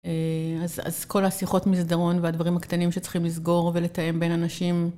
אז כל השיחות מסדרון והדברים הקטנים שצריכים לסגור ולתאם בין אנשים.